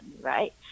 right